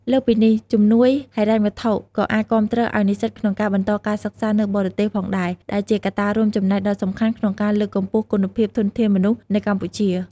លើសពីនេះ ជំនួយហិរញ្ញវត្ថុក៏អាចគាំទ្រឲ្យនិស្សិតក្នុងការបន្តការសិក្សានៅបរទេសផងដែរ ដែលជាកត្តារួមចំណែកដ៏សំខាន់ក្នុងការលើកកម្ពស់គុណភាពធនធានមនុស្សនៅកម្ពុជា។